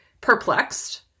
perplexed